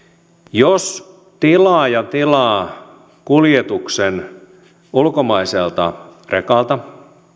jos tilaaja tilaa kuljetuksen ulkomaiselta rekalta